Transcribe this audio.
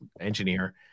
engineer